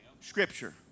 Scripture